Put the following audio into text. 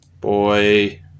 Boy